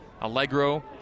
Allegro